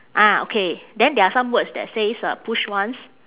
ah okay then there are some words that says uh push once